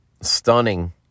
Stunning